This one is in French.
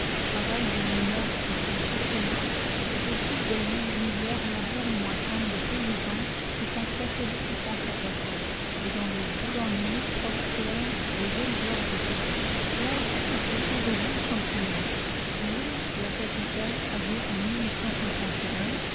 travaillent des mineurs qui sont socialistes au sud de la même rivière labourent et moissonnent des paysans qui sont catholiques et conservateurs et dans le boulonnais prospèrent les éleveurs de chevaux là aussi ont poussé des villes champignons lille la capitale avait en